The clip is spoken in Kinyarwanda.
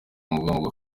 mugongo